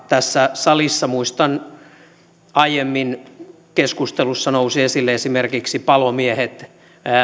tässä salissa aiemmin keskustelussa nousivat esille esimerkiksi palomiehet